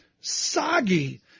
Soggy